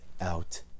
out